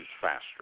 faster